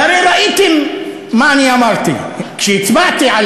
והרי ראיתם מה אני אמרתי כשהצבעתי על